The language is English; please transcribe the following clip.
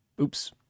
Oops